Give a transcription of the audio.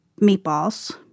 meatballs